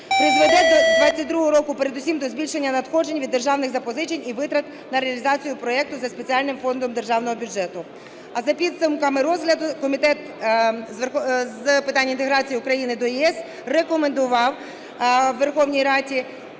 призведе до 2022 року передусім до збільшення надходжень від державних запозичень і витрат на реалізацію проекту за спеціальним фондом державного бюджету. А за підсумками розгляду Комітет з питань інтеграції України до ЄС рекомендував Верховній Раді